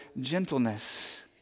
gentleness